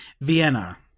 Vienna